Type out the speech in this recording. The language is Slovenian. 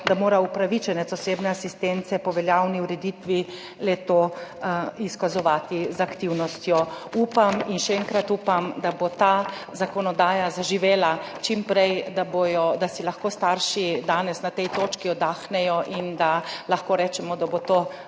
da mora upravičenec osebne asistence po veljavni ureditvi le-to izkazovati z aktivnostjo. Upam in še enkrat upam, da bo ta zakonodaja zaživela čim prej, da si lahko starši danes na tej točki oddahnejo in da lahko rečemo, da bo to